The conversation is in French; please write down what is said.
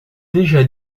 déjà